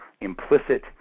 implicit